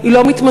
היא לא מתמשכת.